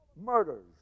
murders